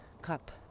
cup